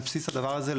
על בסיס הדבר הזה,